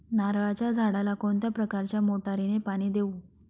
नारळाच्या झाडाला कोणत्या प्रकारच्या मोटारीने पाणी देऊ?